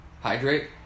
Hydrate